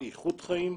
איכות חיים,